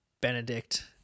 Benedict